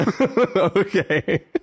Okay